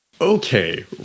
Okay